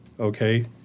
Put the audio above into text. okay